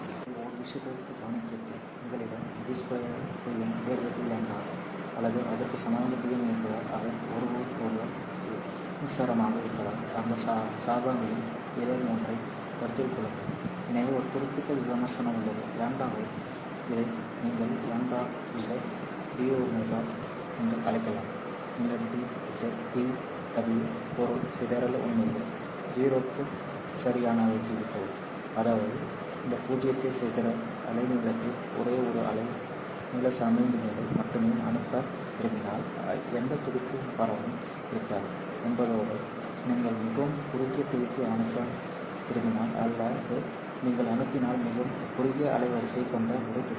நீங்கள் இங்கே ஒரு விஷயத்தைக் கவனிக்கிறீர்கள் உங்களிடம் d 2n dλ or 2 அல்லது அதற்கு சமமான Dm இருப்பதால் அவை ஒருவருக்கொருவர் விகிதாசாரமாக இருப்பதால் அந்த சாபங்களில் ஏதேனும் ஒன்றைக் கருத்தில் கொள்ளுங்கள் எனவே ஒரு குறிப்பிட்ட விமர்சனம் உள்ளது λ இதை நீங்கள் λz Dw என்று அழைக்கலாம் இந்த DzDw பொருள் சிதறல் உண்மையில் 0 சரியானதாகிவிட்டது அதாவது இந்த பூஜ்ஜிய சிதறல் அலைநீளத்தில் ஒரே ஒரு அலை நீள சமிக்ஞையை மட்டுமே அனுப்ப விரும்பினால் எந்த துடிப்பு பரவும் இருக்காது என்பதோடு நீங்கள் மிகவும் குறுகிய துடிப்பு அனுப்ப விரும்பினால் அல்லது நீங்கள் அனுப்பினால் மிகவும் குறுகிய அலைவரிசை கொண்ட ஒரு துடிப்பு